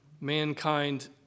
mankind